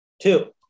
Two